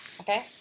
Okay